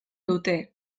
dute